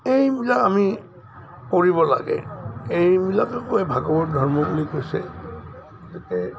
এইবিলাক আমি কৰিব লাগে এইবিলাককে কয় ভাগৱত ধৰ্ম বুলি কৈছে গতিকে